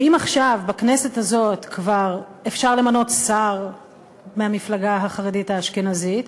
שאם עכשיו בכנסת הזאת כבר אפשר למנות שר מהמפלגה החרדית האשכנזית,